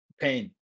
pain